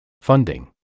Funding